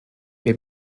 wir